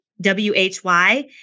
W-H-Y